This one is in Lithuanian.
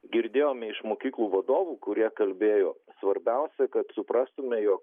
girdėjome iš mokyklų vadovų kurie kalbėjo svarbiausia kad suprastume jog